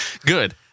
Good